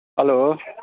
hello